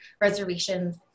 reservations